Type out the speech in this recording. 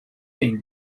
been